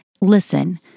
Listen